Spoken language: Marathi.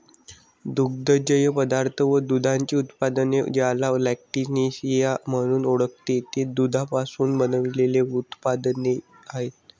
दुग्धजन्य पदार्थ व दुधाची उत्पादने, ज्याला लॅक्टिसिनिया म्हणून ओळखते, ते दुधापासून बनविलेले उत्पादने आहेत